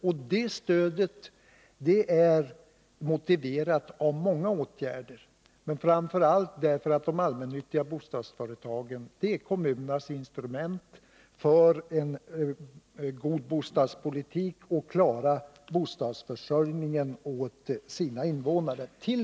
Och det stödet är motiverat av många omständigheter. Framför allt för det motiverat därför att de allmänna bostadsföretagen är kommunernas instrument för en god bostadspolitik — för att de skall kunna klara bostadsförsörjningen åt sina invånare.